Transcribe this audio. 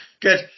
Good